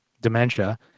dementia